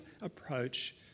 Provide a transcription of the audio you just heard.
approach